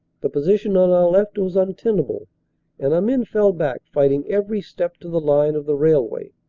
the position on our left was un tenable and our men fell back fighting every step to the line of the railway.